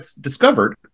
discovered